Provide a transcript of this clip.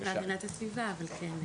להגנת הסביבה, אבל כן.